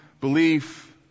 belief